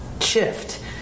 shift